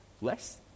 Less